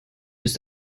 ist